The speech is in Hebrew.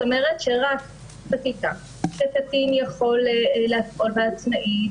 זאת אומרת שרק חקיקה שקטין יכול לפעול בה עצמאית,